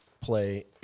play